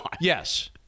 Yes